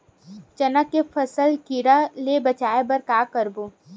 चना के फसल कीरा ले बचाय बर का करबो?